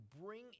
bring